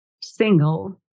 single